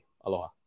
Aloha